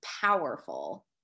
powerful